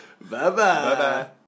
Bye-bye